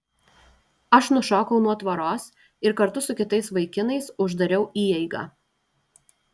aš nušokau nuo tvoros ir kartu su kitais vaikinais uždariau įeigą